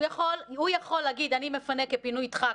הוא יכול להגיד: אני מפנה כפינוי דחק,